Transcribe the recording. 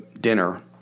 dinner